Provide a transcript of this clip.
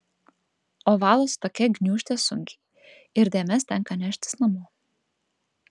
o valosi tokia gniūžtė sunkiai ir dėmes tenka neštis namo